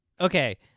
Okay